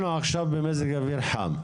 אנחנו עכשיו במזג אוויר חם.